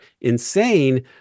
insane